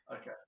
okay